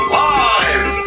live